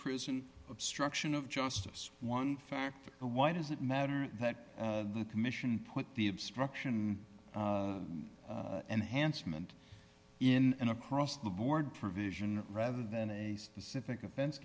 prison obstruction of justice one factor why does it matter that the commission put the obstruction enhancement in an across the board provision rather than a specific offense